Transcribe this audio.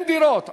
אין דירות.